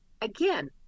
again